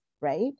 right